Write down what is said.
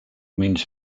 means